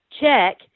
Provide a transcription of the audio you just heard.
check